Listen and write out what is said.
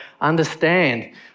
understand